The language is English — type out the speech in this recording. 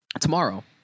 tomorrow